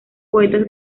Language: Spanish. poetas